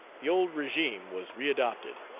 the old regime was readopted.